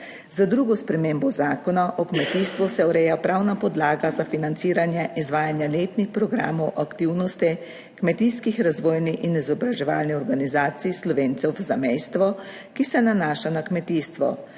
Z drugo spremembo Zakona o kmetijstvu se ureja pravna podlaga za financiranje izvajanja letnih programov aktivnosti kmetijskih, razvojnih in izobraževalnih organizacij Slovencev v zamejstvu, ki se nanaša na kmetijstvo